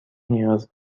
نیاز